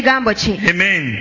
Amen